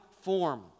form